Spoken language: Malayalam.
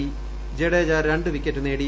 ് ജഡ്ജ രണ്ട് വിക്കറ്റ് നേടി